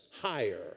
higher